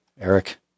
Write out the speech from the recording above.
Eric